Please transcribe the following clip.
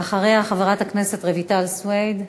ואחריה, חברת הכנסת רויטל סויד.